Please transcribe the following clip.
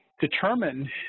determine